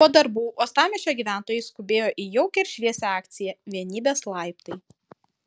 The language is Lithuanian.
po darbų uostamiesčio gyventojai skubėjo į jaukią ir šviesią akciją vienybės laiptai